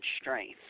strength